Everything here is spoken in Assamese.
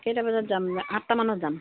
কেইটা বজাত যাম আঠটামানত যাম